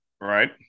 Right